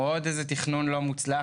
עוד איזה תכנון לא מוצלח,